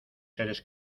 seres